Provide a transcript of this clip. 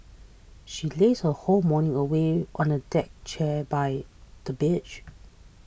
she lazed her whole morning away on a deck chair by the beach